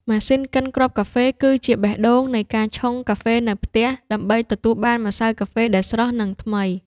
ម៉ាស៊ីនកិនគ្រាប់កាហ្វេ គឺជាបេះដូងនៃការឆុងកាហ្វេនៅផ្ទះ ដើម្បីទទួលបានម្សៅកាហ្វេដែលស្រស់ និងថ្មី។